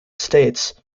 states